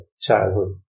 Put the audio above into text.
childhood